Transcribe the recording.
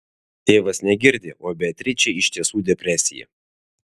tėvas negirdi o beatričei iš tiesų depresija